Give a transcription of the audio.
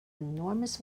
enormous